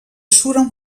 suren